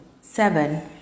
seven